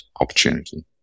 opportunity